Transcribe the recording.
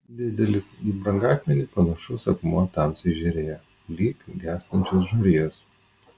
didelis į brangakmenį panašus akmuo tamsiai žėrėjo lyg gęstančios žarijos